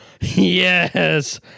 Yes